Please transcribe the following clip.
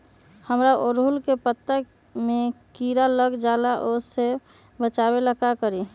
हमरा ओरहुल के पत्ता में किरा लग जाला वो से बचाबे ला का करी?